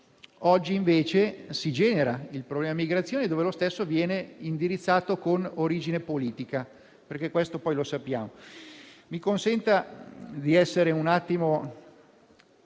oggi invece si genera il problema della migrazione e dove lo stesso viene indirizzato, con origine politica, come sappiamo. Mi consenta di essere un attimo